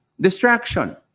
Distraction